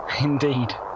indeed